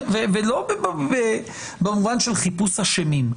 ולא במובן של חיפוש אשמים.